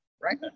right